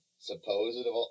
Supposedly